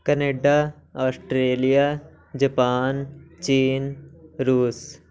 Canada Australia Japan ਚੀਨ ਰੂਸ